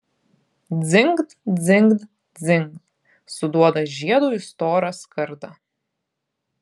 dzingt dzingt dzingt suduoda žiedu į storą skardą